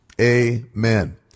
Amen